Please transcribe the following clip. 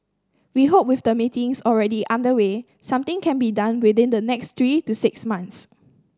we hope with the meetings already underway something can be done within the next three to six months